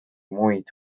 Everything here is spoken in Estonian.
muid